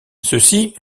ceci